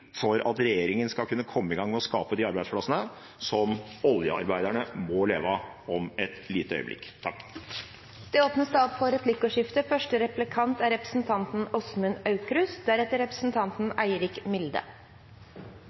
for at regjeringen skal kunne komme i gang med å skape de arbeidsplassene som oljearbeiderne må leve av om et lite øyeblikk.